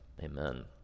Amen